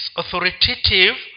authoritative